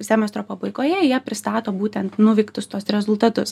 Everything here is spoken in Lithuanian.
semestro pabaigoje jie pristato būtent nuveiktus tuos rezultatus